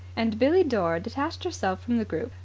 and billie dore detached herself from the group,